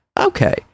okay